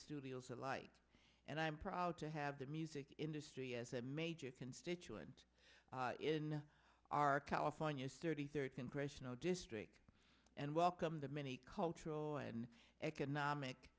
studios alike and i am proud to have the music industry as a major constituent in our california's thirty third congressional district and welcome the many cultural and economic